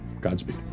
Godspeed